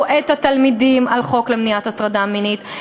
את התלמידים על החוק למניעת הטרדה מינית,